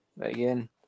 again